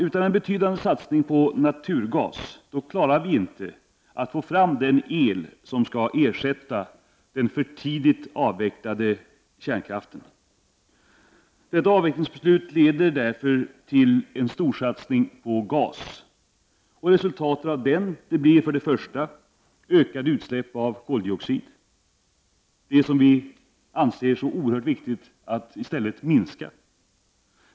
Utan en betydande satsning på naturgas klarar vi inte att få fram den el som skall ersätta den för tidigt avvecklade kärnkraften. Detta avvecklingsbeslut leder därför till en storsatsning på gas. Resultatet av det blir ökade utsläpp av koldioxid, utsläpp som vi anser det vara så oerhört viktigt att i stället minska.